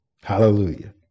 Hallelujah